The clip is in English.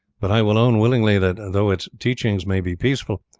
but i will own willingly that though its teachings may be peaceful,